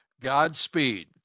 Godspeed